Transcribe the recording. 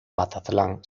mazatlán